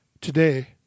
today